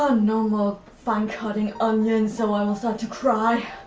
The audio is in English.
ah no more fine cutting onions so i will start to cry,